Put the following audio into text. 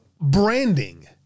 branding